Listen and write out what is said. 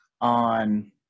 on